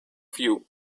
view